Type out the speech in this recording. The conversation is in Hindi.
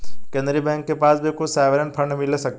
केन्द्रीय बैंक के पास भी कुछ सॉवरेन फंड मिल सकते हैं